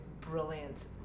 brilliant